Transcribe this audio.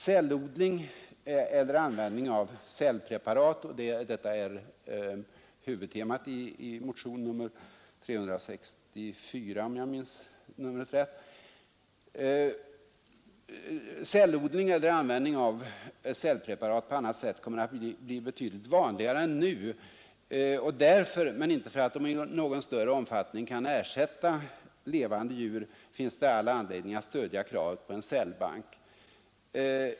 Cellodling eller användning av cellpreparat på annat sätt — detta är huvudtemat i motion nr 364 — kommer att bli betydligt vanligare än nu, och därför, inte därför att de i någon större omfattning kan ersätta levande djur, finns det all anledning att stödja kravet på en cellbank.